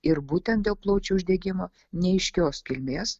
ir būtent dėl plaučių uždegimo neaiškios kilmės